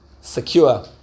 Secure